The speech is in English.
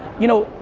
you know,